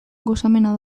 gozamena